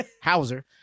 hauser